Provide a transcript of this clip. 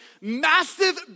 massive